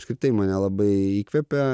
apskritai mane labai įkvepia